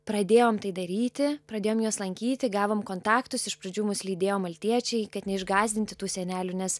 pradėjom tai daryti pradėjom juos lankyti gavom kontaktus iš pradžių mus lydėjo maltiečiai kad neišgąsdinti tų senelių nes